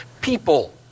people